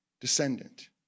descendant